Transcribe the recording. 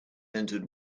entered